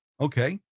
Okay